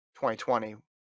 2020